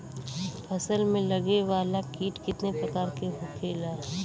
फसल में लगे वाला कीट कितने प्रकार के होखेला?